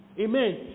Amen